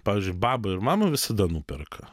pavyzdžiui baba ir mama visada nuperka